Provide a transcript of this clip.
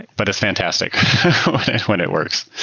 but it's fantastic when it works.